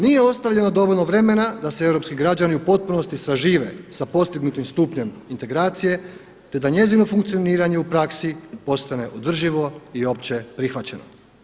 Nije ostavljeno dovoljno vremena da se europski građani u potpunosti sažive sa postignutim stupnjem integracije, te da njezino funkcioniranje u praksi postane održivo i opće prihvaćeno.